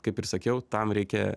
kaip ir sakiau tam reikia